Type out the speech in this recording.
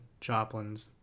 joplins